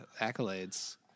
accolades